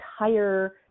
entire